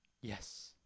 Yes